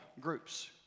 groups